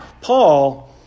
Paul